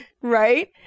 Right